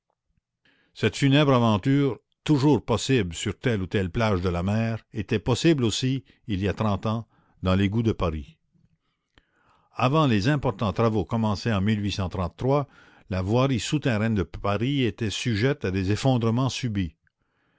cette funèbre aventure toujours possible sur telle ou telle plage de la mer était possible aussi il y a trente ans dans l'égout de paris avant les importants travaux commencés en la voirie souterraine de paris était sujette à des effondrements subits